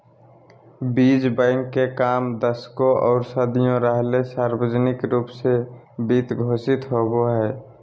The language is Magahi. बीज बैंक के काम दशकों आर सदियों रहले सार्वजनिक रूप वित्त पोषित होबे हइ